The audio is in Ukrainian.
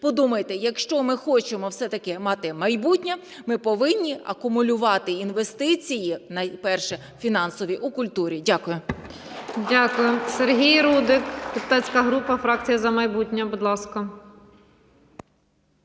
подумайте, якщо ми хочемо все-таки мати майбутнє, ми повинні акумулювати інвестиції, найперше, фінансові у культурі. Дякую. ГОЛОВУЮЧА. Дякую. Сергій Рудик, депутатська група, фракція "За майбутнє". Будь ласка.